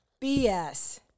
BS